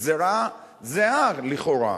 גזירה זהה לכאורה.